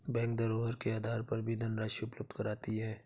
bank धरोहर के आधार पर भी धनराशि उपलब्ध कराती है